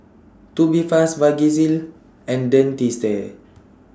Tubifast Vagisil and Dentiste